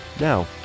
Now